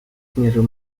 zmierzył